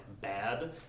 bad